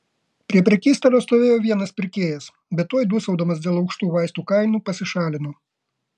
prie prekystalio stovėjo vienas pirkėjas bet tuoj dūsaudamas dėl aukštų vaistų kainų pasišalino